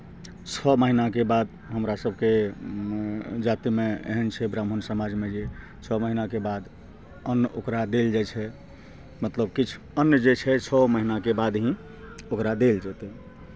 छओ महीनाके बाद हमरा सभके जातिमे एहन छै ब्राह्मण समाजमे जे छओ महीनाके बाद अन्न ओकरा देल जाइ छै मतलब किछु अन्न जे छै छओ महीनाके बाद ही ओकरा देल जेतै